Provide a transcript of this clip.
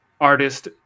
artist